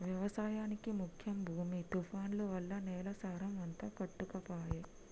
వ్యవసాయానికి ముఖ్యం భూమి తుఫాన్లు వల్ల నేల సారం అంత కొట్టుకపాయె